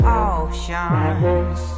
options